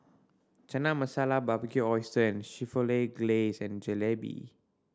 Chana Masala Barbecued Oysters with Chipotle Glaze and Jalebi